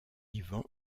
yvan